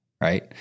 right